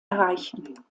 erreichen